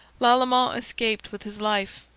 lalemant escaped with his life,